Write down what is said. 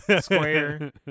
square